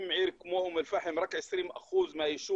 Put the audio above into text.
אם בעיר כמו אום אל פחם רק 20% מהיישוב